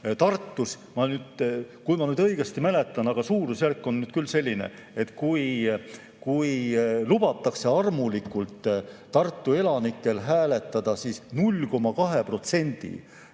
Tartus – kui ma nüüd õigesti mäletan, aga suurusjärk on küll õige – lubatakse armulikult Tartu elanikel hääletada 0,2%